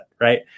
right